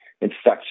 infection